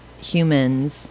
humans